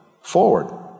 forward